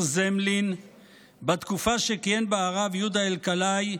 זמלין בתקופה שכיהן בה הרב יהודה אלקלעי זצ"ל,